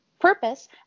purpose